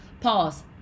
Pause